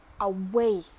away